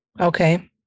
Okay